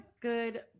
good